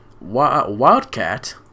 Wildcat